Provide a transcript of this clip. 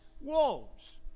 wolves